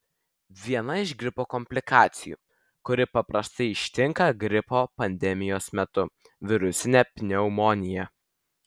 viena iš gripo komplikacijų kuri paprastai ištinka gripo pandemijos metu virusinė pneumonija